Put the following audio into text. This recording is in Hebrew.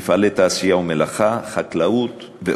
מפעלי תעשייה ומלאכה וחקלאות.